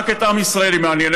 רק את עם ישראל היא מעניינת,